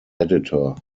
editor